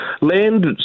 Land